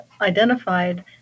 identified